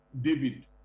David